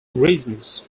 reasons